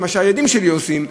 מה שהילדים שלי עושים,